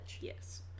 Yes